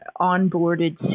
onboarded